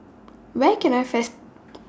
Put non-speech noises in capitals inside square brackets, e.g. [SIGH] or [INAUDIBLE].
Where Can I [UNINTELLIGIBLE]